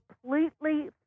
completely